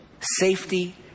safety